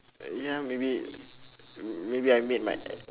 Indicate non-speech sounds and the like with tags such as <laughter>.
ya maybe maybe I made my <noise>